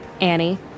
Annie